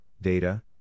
data